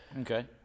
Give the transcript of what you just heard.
okay